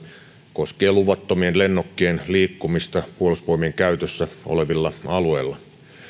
koskien luvattomien lennokkien liikkumista puolustusvoimien käytössä olevilla alueilla